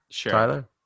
Tyler